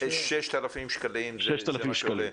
6,000 שקלים, זה מה שעולה.